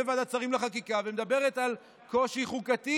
ועדת שרים לחקיקה ומדברת על קושי חוקתי.